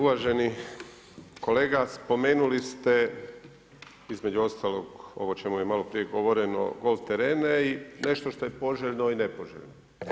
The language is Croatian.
Uvaženi kolega, spomenuli ste između ostalog ovo o čemu je maloprije govoreno golf terene i nešto što je poželjno i nepoželjno.